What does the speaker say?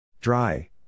Dry